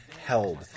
held